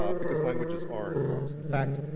um because languages are in flux. in fact,